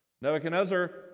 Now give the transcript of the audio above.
Nebuchadnezzar